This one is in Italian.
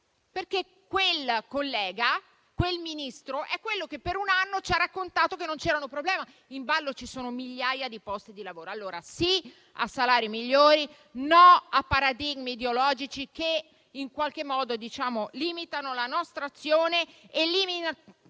Quel collega, quel ministro, per un anno ci ha raccontato che non c'erano problemi. In ballo ci sono migliaia di posti di lavoro. Allora sì a salari migliori, no a paradigmi ideologici che, in qualche modo, limitano la nostra azione, e limitano